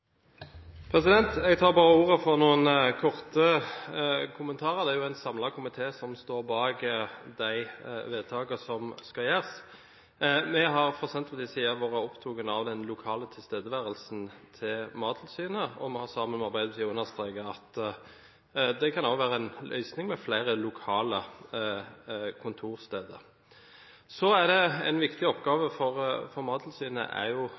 Jeg tar bare ordet for noen korte kommentarer, det er jo en samlet komité som står bak de vedtakene som skal gjøres. Vi har fra Senterpartiets side vært opptatt av den lokale tilstedeværelsen til Mattilsynet, og vi har, sammen med Arbeiderpartiet, understreket at det også kan være en løsning med flere lokale kontorsteder. En viktig oppgave for Mattilsynet er